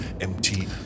empty